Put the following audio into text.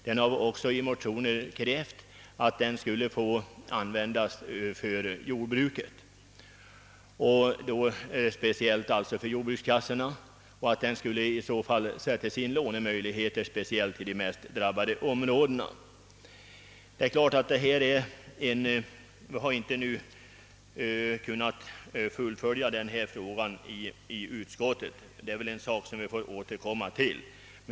Vi har också i motioner krävt att fonden skulle få användas för att via jordbrukskassorna bereda lånemöjligheter speciellt för de mest drabbade områdena. Vi har inte kunnat fullfölja denna tanke i utskottet. Det är en sak som vi får återkomma till.